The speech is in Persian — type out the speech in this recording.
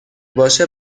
باشه